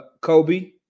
Kobe